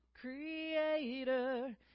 Creator